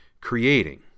creating